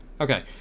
okay